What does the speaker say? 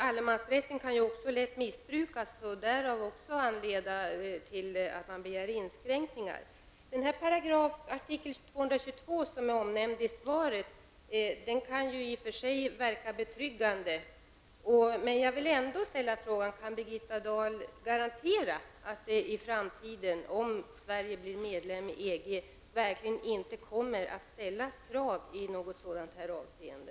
Allemansrätten kan ju också lätt missbrukas, och detta kan också föranleda att man begär inskränkningar. Artikel 222 i EG-fördraget som omnäms i svaret kan i och för sig verka betryggande. Men jag vill ändå ställa frågan: Kan Birgitta Dahl garantera att det i framtiden, om Sverige blir medlem i EG, inte kommer att ställas krav i något sådant avseende?